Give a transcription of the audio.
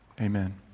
amen